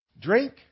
Drink